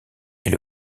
est